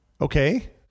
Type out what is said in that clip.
Okay